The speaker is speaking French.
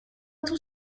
tout